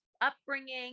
upbringing